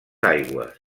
aigües